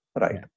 right